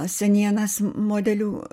senienas modelių